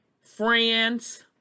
France